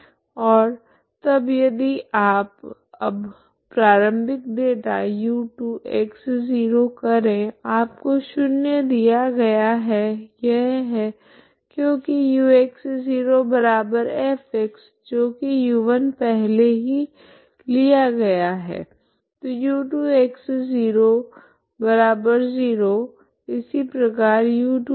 ओर तब यदि आप अब प्रारम्भिक डेटा u2x0 करे आपको शून्य दिया गया है यह है क्योकि ux0f जो की u1 पहले ही लिया गया है तो u2x00 इसी प्रकार u2tx00